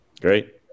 great